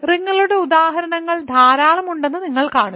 റിങ്ങുകളുടെ ഉദാഹരണങ്ങൾ ധാരാളം ഉണ്ടെന്ന് നിങ്ങൾ കാണുന്നു